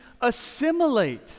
assimilate